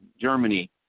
Germany